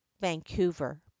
Vancouver